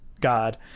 god